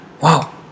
Wow